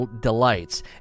delights